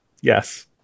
Yes